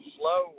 slow